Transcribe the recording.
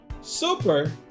Super